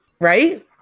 Right